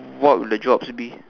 what would the jobs be